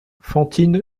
fantine